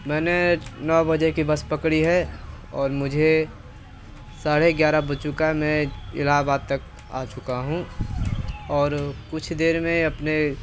मैंने नौ बजे की बस पकड़ी है और मुझे साढ़े ग्यारह बज चुका है मैं एलाहबाद तक आ चुका हूँ और कुछ देर में अपने